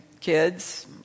kids